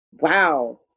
wow